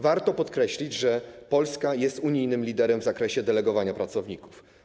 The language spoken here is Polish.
Warto podkreślić, że Polska jest unijnym liderem w zakresie delegowania pracowników.